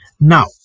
Now